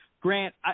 Grant